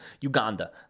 Uganda